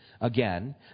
again